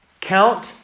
Count